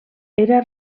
era